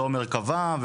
לא מרכבה,